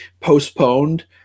postponed